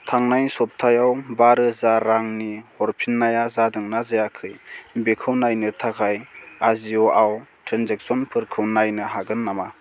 थांनाय सप्तायाव बा रोजा रांनि हरफिन्नाया जादोंना जायाखै बेखौ नायनो थाखाय आजिय'आव ट्रेन्जेक्स'नफोरखौ नायनो हागोन नामा